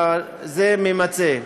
זה ממצה.